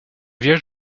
village